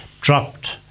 dropped